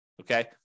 okay